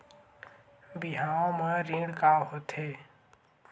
बिहाव म ऋण का होथे?